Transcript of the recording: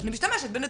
אני משתמשת בנתונים.